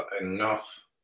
enough